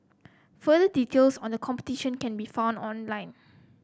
further details on the competition can be found online